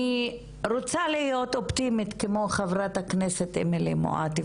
אני רוצה להיות אופטימית כמו חברת הכנסת אמילי מואטי,